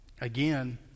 Again